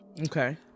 Okay